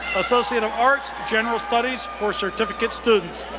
associate of arts, general studies for certificate students.